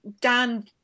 Dan